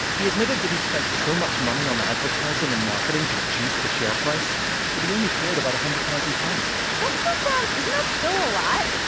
he admitted that he'd spent so much money on advertising and marketing to juice the share price that he only cleared about a one hundred thousand pounds that still sounds isn't that still a lot?